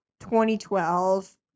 2012